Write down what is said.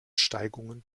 steigungen